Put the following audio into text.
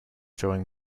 during